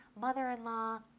mother-in-law